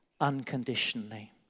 unconditionally